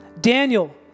Daniel